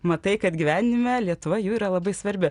matai kad gyvenime lietuva jų yra labai svarbi